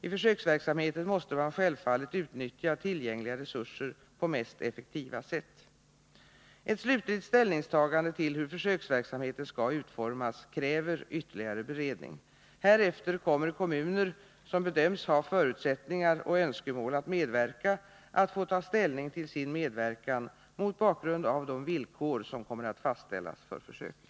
I försöksverksamheten måste man självfallet utnyttja tillgängliga resurser på mest effektiva sätt. Ett slutligt ställningstagande till hur försöksverksamheten skall utformas E försöksverksamkräver ytterligare beredning. Härefter kommer kommuner som bedöms ha — heten med maskinförutsättningar och önskemål att medverka att få ta ställning till sin förarutbildning medverkan mot bakgrund av de villkor som kommer att fastställas för försöket.